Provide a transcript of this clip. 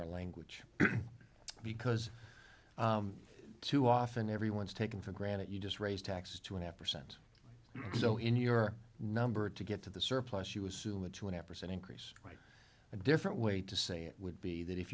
our language because too often everyone's taken for granted you just raise taxes to one half percent so in your number to get to the surplus you assume a twenty percent increase in a different way to say it would be that if